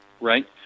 right